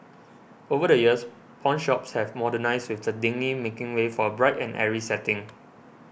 over the years pawnshops have modernised with the dingy making way for a bright and airy setting